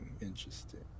interesting